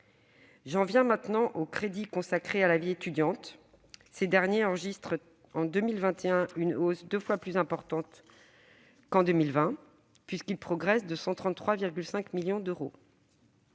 J'en viens aux crédits consacrés à la vie étudiante, qui enregistreront en 2021 une hausse deux fois plus importante qu'en 2020, puisqu'ils progressent de 133,5 millions d'euros.